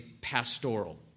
pastoral